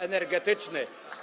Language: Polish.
energetyczny.